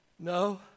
No